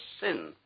sin